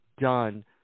done